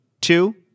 two